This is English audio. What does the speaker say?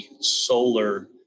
solar